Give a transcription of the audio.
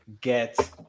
get